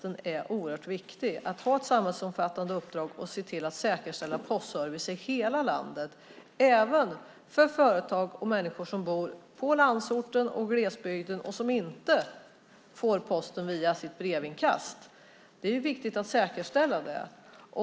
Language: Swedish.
Det är viktigt att säkerställa att den som har ett samhällsomfattande uppdrag ser till att man har postservice i hela landet - även för företag och människor på landsorten och i glesbygd som inte får posten via sitt brevinkast.